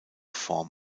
form